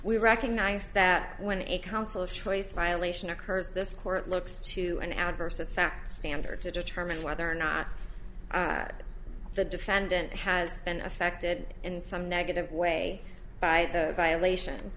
we recognize that when a council of choice violation occurs this court looks to an adverse effect standard to determine whether or not the defendant has been affected in some negative way by the violation